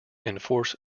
enforce